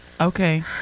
Okay